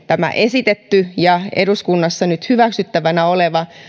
tämä esitetty ja eduskunnassa nyt hyväksyttävänä oleva